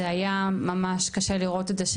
זה היה ממש קשה לראות את זה,